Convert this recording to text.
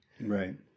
Right